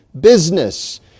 business